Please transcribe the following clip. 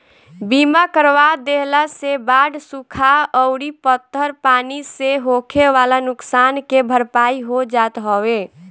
बीमा करवा देहला से बाढ़ सुखा अउरी पत्थर पानी से होखेवाला नुकसान के भरपाई हो जात हवे